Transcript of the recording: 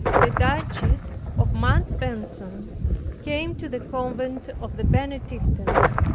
the dutchess of montbason came to the convent of the benedictines,